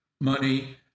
money